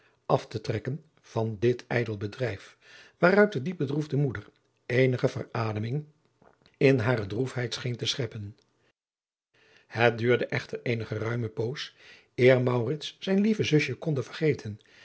af te trekken van dit ijdel bedrijf waaruit de diep bedroefde moeder eenige verademing iri hare droefheid scheen te scheppen het duurde echter eene geruime poos eer maurits zijn lieve zusje konde vergeten